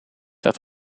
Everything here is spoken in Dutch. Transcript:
dat